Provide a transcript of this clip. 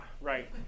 right